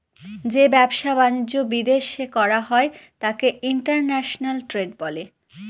যে ব্যবসা বাণিজ্য বিদেশ করা হয় তাকে ইন্টারন্যাশনাল ট্রেড বলে